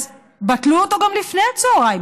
אז בטלו אותו גם לפני הצוהריים,